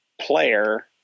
player –